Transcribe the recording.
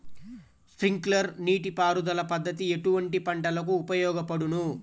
Sprinkler నీటిపారుదల పద్దతి ఎటువంటి పంటలకు ఉపయోగపడును?